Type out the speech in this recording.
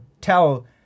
tell